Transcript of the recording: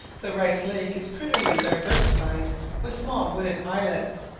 the rice lake is prettily diversified with small wooded islets